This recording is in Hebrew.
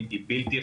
שמתי זה